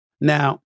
Now